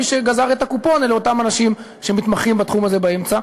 מי שגזרו את הקופון אלה אותם אנשים שמתמחים בתחום הזה באמצע.